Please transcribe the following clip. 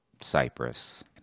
Cyprus